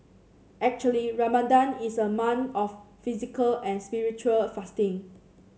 actually Ramadan is a month of physical and spiritual fasting